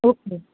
okay